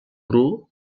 bru